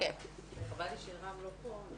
חבל לי שרם לא פה.